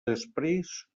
després